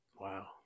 Wow